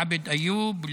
עבד איוב,